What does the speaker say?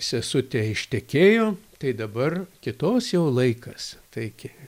sesutė ištekėjo tai dabar kitos jau laikas taigi